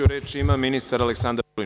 Reč ima ministar Aleksandar Vulin.